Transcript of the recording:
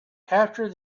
capture